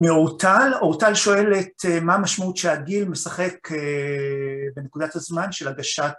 מאורטל, אורטל שואלת מה המשמעות שהגיל משחק בנקודת הזמן של הגשת